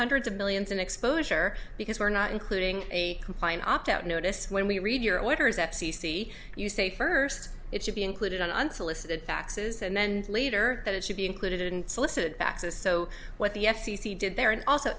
hundreds of millions in exposure because we're not including a compliant opt out notice when we read your orders at c c you say first it should be included on unsolicited faxes and then later that it should be included in solicited access so what the f c c did there and also